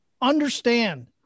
Understand